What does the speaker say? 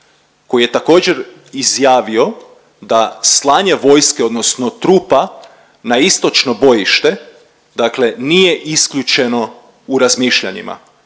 koji je također izjavio da slanje vojske, odnosno trupa na istočno bojište, dakle nije isključeno u razmišljanjima